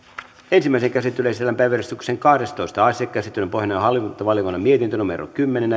ensimmäiseen käsittelyyn esitellään päiväjärjestyksen kahdestoista asia käsittelyn pohjana on hallintovaliokunnan mietintö kymmenen